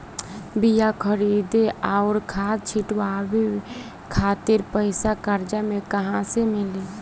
बीया खरीदे आउर खाद छिटवावे खातिर पईसा कर्जा मे कहाँसे मिली?